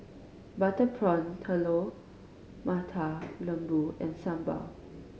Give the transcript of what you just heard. butter prawn Telur Mata Lembu and Sambal